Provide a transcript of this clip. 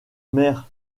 mère